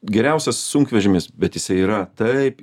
geriausias sunkvežimis bet jisai yra taip